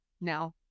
now